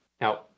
Now